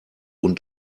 und